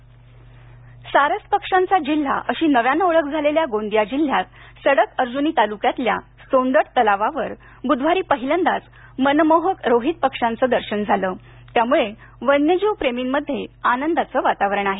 flamingo सारस पक्ष्यांचा जिल्हा अशी नव्यानं ओळख झालेल्या गोंदिया जिल्ह्यात सडक अर्जुनी तालुक्यातल्या सोंदड तलावावर बुधवारी पहिल्यांदाच मनमोहक रोहित पक्ष्यांचं दर्शन झालं त्यामुळे वन्यजीव प्रेमींमध्ये आनंदाचं वातावरण आहे